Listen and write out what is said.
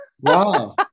Wow